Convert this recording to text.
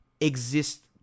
exist